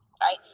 right